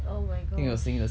oh my gosh